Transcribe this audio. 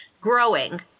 growing